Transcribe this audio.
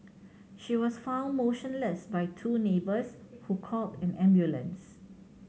she was found motionless by two neighbours who called an ambulance